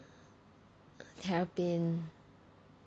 terrapin